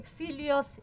*Exilios